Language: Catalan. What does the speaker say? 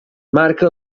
marca